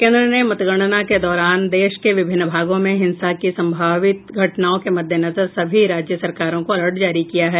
केंद्र सरकार ने मतगणना के दौरान देश के विभिन्न भागों में हिंसा की संभावित घटनाओं के मद्देनजर सभी राज्य सरकारों को अलर्ट जारी किया है